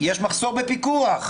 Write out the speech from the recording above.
יש מחסור בפיקוח.